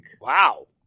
Wow